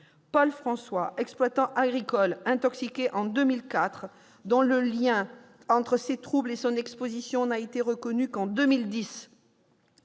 Paul François a été intoxiqué en 2004. Or le lien entre ses troubles et son exposition n'a été reconnu qu'en 2010.